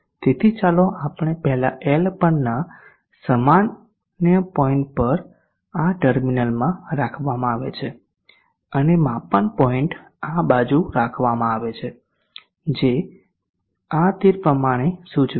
તેથી ચાલો આપણે પહેલા L પરના વોલ્ટેજને જોઈએ તેથી અમે આ ફેશનમાં માપનની ધ્રુવીયતા સાથે આ VL ને ચિહ્નિત કરીશું પ્રોબનો સામાન્ય પોઇન્ટ આ ટર્મિનલમાં રાખવામાં આવે છે અને માપન પોઇન્ટ આ બાજુ રાખવામાં આવે છે જે આ તીર પ્રમાણે સૂચવે છે